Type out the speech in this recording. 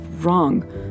wrong